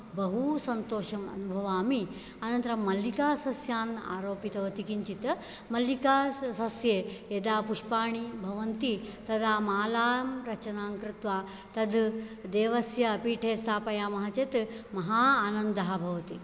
बहू सन्तोषम् अनुभवामि अनन्तरं मल्लिकासस्यान् आरोपितवती किञ्चित् मल्लिकाससस्ये यदा पुष्पाणि भवन्ति तदा मालां रचनां कृत्वा तद् देवस्य पीठे स्थापयामः चेत् महान् आनन्दः भवति